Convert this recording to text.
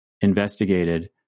investigated